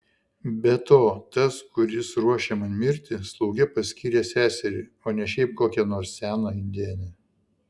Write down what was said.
be to tas kuris ruošia man mirtį slauge paskyrė seserį o ne šiaip kokią nors seną indėnę